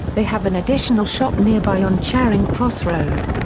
they have an additional shop nearby on charing cross road.